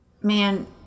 man